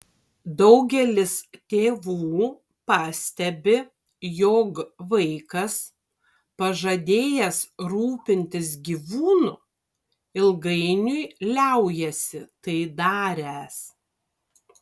daugelis tėvų pastebi jog vaikas pažadėjęs rūpintis gyvūnu ilgainiui liaujasi tai daręs